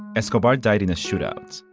escobar died in a shootout